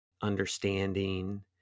understanding